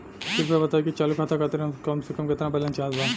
कृपया बताई कि चालू खाता खातिर कम से कम केतना बैलैंस चाहत बा